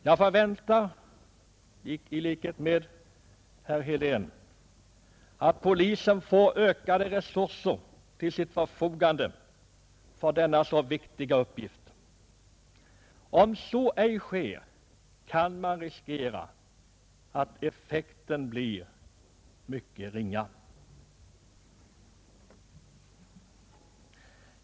Jag förväntar mig, i likhet med herr Helén, att polisen får ökade resurser till sitt förfogande för denna så viktiga uppgift. Om så ej sker kan man riskera att effekten blir mycket ringa.